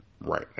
right